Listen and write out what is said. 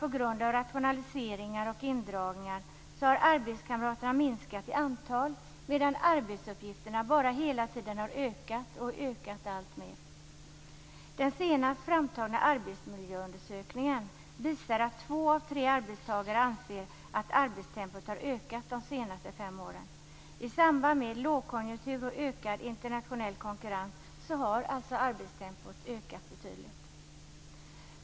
På grund av rationaliseringar och indragningar har arbetskamraterna minskat i antal medan arbetsuppgifterna hela tiden har ökat alltmer. Den senast framtagna arbetsmiljöundersökningen visar att två av tre arbetstagare anser att arbetstempot har ökat de senaste fem år. I samband med lågkonjunktur och ökad internationell konkurrens har alltså arbetstempot ökat betydligt.